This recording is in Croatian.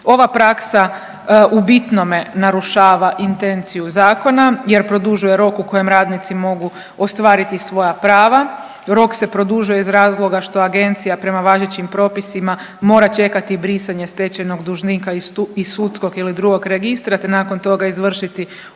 Ova praksa u bitnome narušava intenciju zakona jer produžuje rok u kojem radnici mogu ostvariti svoja prava. Rok se produžuje iz razloga što agencija prema važećim propisima mora čekati brisanje stečajnog dužnika iz sudskog ili drugog registra, te nakon toga izvršiti obračun